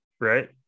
right